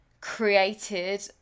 created